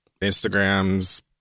instagram's